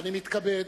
אני מתכבד